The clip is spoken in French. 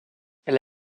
elle